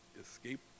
escape